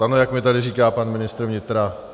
Ano, jak mi tady říká pan ministr vnitra.